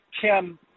Kim